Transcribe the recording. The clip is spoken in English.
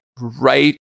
right